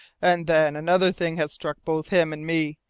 and then another thing has struck both him and me,